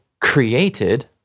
created